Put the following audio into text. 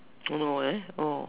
don't know eh oh